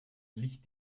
licht